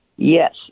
Yes